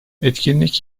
etkinlik